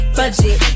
budget